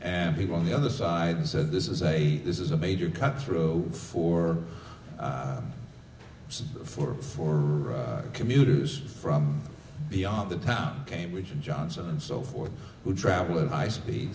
and people on the other side said this is a this is a major cutthroat for us for for commuters from beyond the town cambridge and johnson and so forth who travel